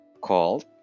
called